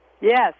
Yes